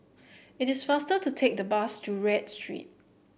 it is faster to take the bus to Read Street